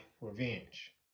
revenge